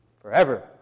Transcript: forever